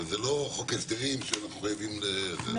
וזה לא חוק ההסדרים שאנחנו חייבים ל --- לא.